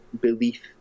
belief